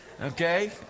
Okay